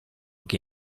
che